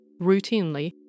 routinely